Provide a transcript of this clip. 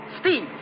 Steve